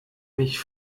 mich